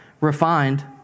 refined